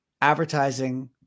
advertising